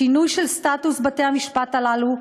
שינוי של סטטוס בתי-המשפט הללו,